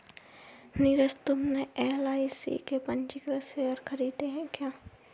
नीरज तुमने एल.आई.सी के पंजीकृत शेयर खरीदे हैं क्या?